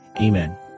amen